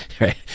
Right